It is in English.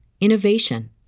innovation